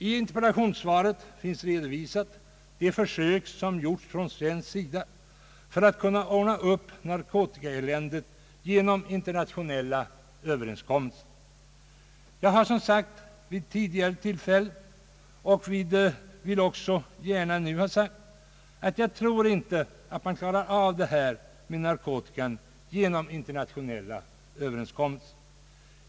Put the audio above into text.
I interpellationssvaret redovisas de försök som gjorts på svensk sida för att kunna reda upp narkotikaeländet genom internationella överenskommelser. Jag har sagt vid tidigare tillfällen och vill också gärna nu ha sagt, att jag inte tror att man klarar av narkotikaproblemet genom internationella överenskommelser.